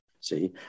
See